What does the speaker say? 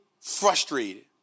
frustrated